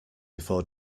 before